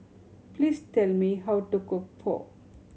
please tell me how to cook Pho